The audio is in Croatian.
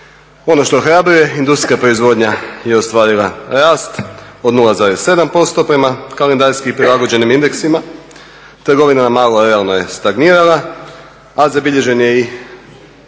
Ono što ohrabruje industrijska proizvodnja je ostvarila rast od 0,7% prema kalendarski prilagođenim indeksima, trgovina na malo realno je stagnirala a zabilježen je i